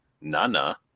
Nana